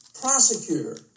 prosecutor